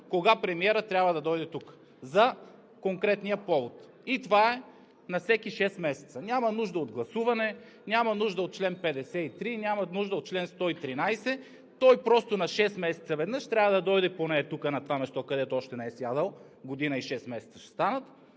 кога премиерът трябва да дойде тук за конкретния повод и това е на всеки шест месеца. Няма нужда от гласуване, няма нужда от чл. 53, няма нужда от чл. 113. Той просто на шест месеца веднъж трябва да дойде ей тук на това място, където още не е сядал – година и шест месеца ще станат,